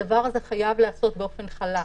הדבר הזה חייב להיעשות באופן חלק,